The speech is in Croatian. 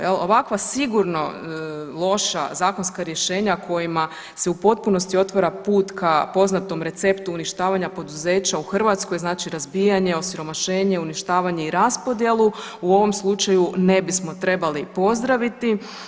Jel, ovakva sigurno loša zakonska rješenja kojima se u potpunosti otvara put ka poznatom receptu uništavanja poduzeća u Hrvatskoj znači razbijanje, osiromašenje, uništavanje i raspodjelu u ovom slučaju ne bismo trebali pozdraviti.